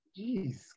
Jeez